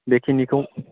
बे खिनिखौ